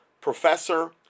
Professor